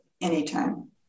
anytime